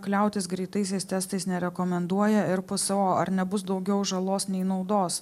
kliautis greitaisiais testais nerekomenduoja ir pso ar nebus daugiau žalos nei naudos